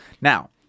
Now